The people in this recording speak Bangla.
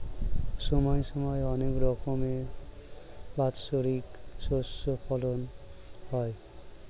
সময় সময় অনেক রকমের বাৎসরিক শস্য ফলন হয়